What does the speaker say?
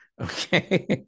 okay